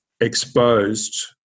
exposed